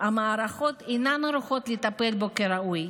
שהמערכות אינן ערוכות לטפל בו כראוי.